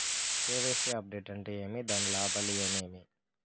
KYC update అంటే ఏమి? దాని లాభాలు ఏమేమి?